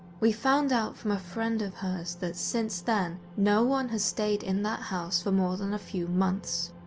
we found out from a friend of hers that since then no one has stayed in that house for more than a few months.